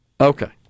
Okay